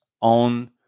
on